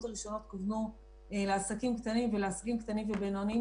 הראשונות כוונו לעסקים קטנים ולעסקים קטנים ובינוניים,